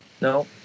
No